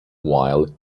while